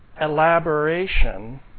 elaboration